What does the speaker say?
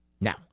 Now